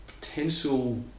potential